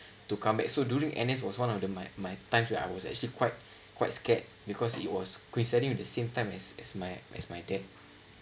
to come back so during N_S was one of the my my times where I was actually quite quite scared because it was considering as the same time as my as my dad